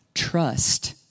trust